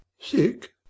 Sick